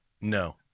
No